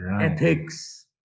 ethics